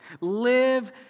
live